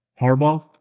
Harbaugh